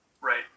Right